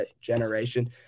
generation